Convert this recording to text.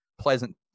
pleasant